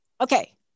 okay